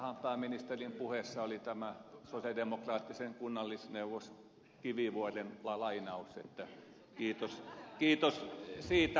parastahan pääministerin puheessa oli tämä sosialidemokraattisen kunnallisneuvos kivivuoren lainaus kiitos siitä